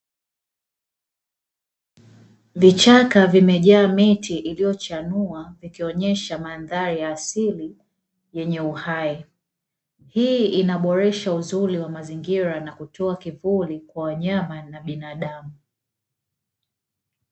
Vichaka vimejaa miti iliyochanua ikionyesha mandhari ya asili yenye uhai, hii inaboresha uzuri wa mazingira na kutoa kivuli kwa wanyama na binadamu.